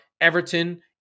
Everton